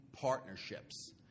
partnerships